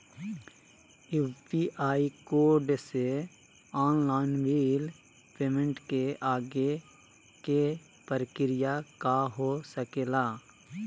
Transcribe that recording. UPI code से online bill payment के आगे के प्रक्रिया का हो सके ला?